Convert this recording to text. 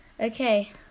Okay